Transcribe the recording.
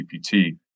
gpt